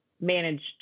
managed